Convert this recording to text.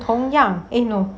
同样 eh no